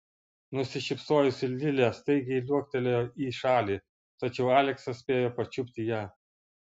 nusišypsojusi lilė staigiai liuoktelėjo į šalį tačiau aleksas spėjo pačiupti ją